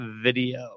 video